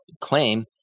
claim